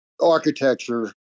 architecture